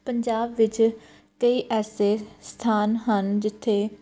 ਪੰਜਾਬ ਵਿੱਚ ਕਈ ਐਸੇ ਸਥਾਨ ਹਨ ਜਿੱਥੇ